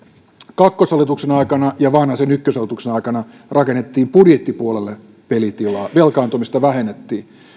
kakkoshallituksen aikana ja vanhasen ykköshallituksen aikana rakennettiin budjettipuolelle pelitilaa velkaantumista vähennettiin